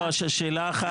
לא, שאלה אחת.